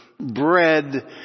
bread